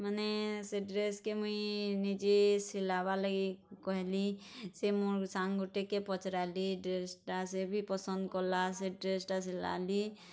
ମାନେ ସେ ଡ୍ରେସ୍ କେ ମୁଇଁ ନିଜେ ସିଲାବା ଲାଗି କହେଲି ସେ ମୋର୍ ସାଙ୍ଗଟିକି ପଚ୍ରାଲି ଡ୍ରେସ୍ଟା ସେ ବି ପସନ୍ଦ କଲା ସେ ଡ୍ରେସ୍ଟା ସିଲାଲି